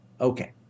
Okay